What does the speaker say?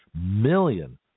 million